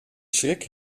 schrik